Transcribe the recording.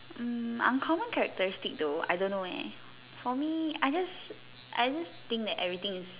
mm uncommon characteristic though I don't know leh for me I just I just think that everything is